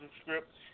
script